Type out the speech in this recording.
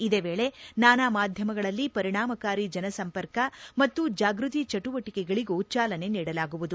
ಇದೇ ವೇಳೆ ನಾನಾ ಮಾಧ್ಯಮಗಳಕಲ್ಲಿ ಪರಿಣಾಮಕಾರಿ ಜನಸಂಪರ್ಕ ಮತ್ತು ಜಾಗೃತಿ ಚಟುವಟಿಕೆಗಳಿಗೂ ಚಾಲನೆ ನೀಡಲಾಗುವುದು